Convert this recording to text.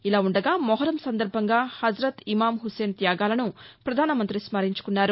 ఇలా ఉండగా మొహార్రం సందర్బంగా హజరత్ ఇమామ్ హుస్సేన్ త్యాగాలను ప్రధానమంత్రి స్శరించుకున్నారు